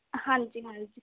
ਹਾਂਜੀ ਹਾਂਜੀ